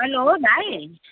hello भाइ